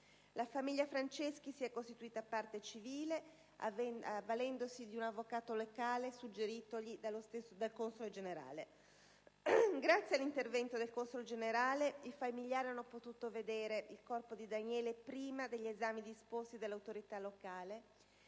La famiglia Franceschi si è costituita parte civile, avvalendosi di un avvocato locale suggerito dallo stesso consolato generale. Grazie all'intervento del console generale, i familiari hanno potuto vedere il corpo di Daniele prima degli esami disposti dalle autorità locali.